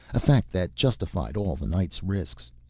a fact that justified all the night's risks.